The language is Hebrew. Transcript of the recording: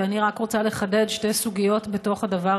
ואני רק רוצה לחדד שתי סוגיות בתוך הדבר,